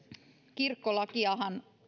kirkkolakiahan